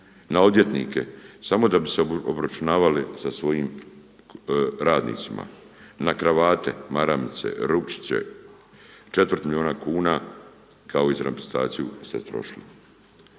na odvjetnike samo da bi se obračunavali sa svojim radnicima, na kravate, maramice, rupčiće četvrt milijuna kuna kao i za reprezentaciju se trošilo.